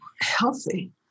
healthy